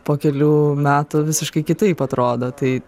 po kelių metų visiškai kitaip atrodo tai